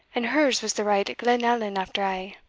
and her's was the right glenallan after a'.